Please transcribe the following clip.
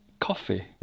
coffee